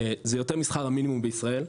זה יותר משכר המינימום בישראל.